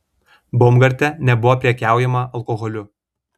baumgarte nebuvo prekiaujama alkoholiu